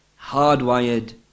hardwired